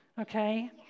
Okay